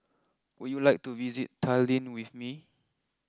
would you like to visit Tallinn with me